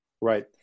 right